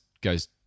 goes